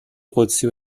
قدسی